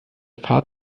fahrt